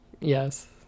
Yes